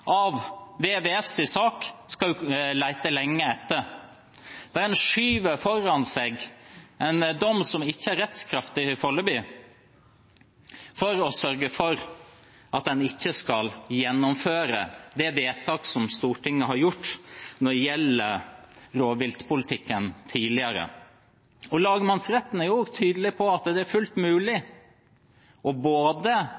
av WWFs sak skal en lete lenge etter! En skyver foran seg en dom som ikke er rettskraftig foreløpig, for å sørge for at en ikke skal gjennomføre det vedtak som Stortinget har fattet tidligere når det gjelder rovviltpolitikken. Lagmannsretten er også tydelig på at det er fullt